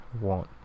want